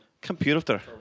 Computer